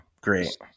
Great